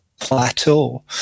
plateau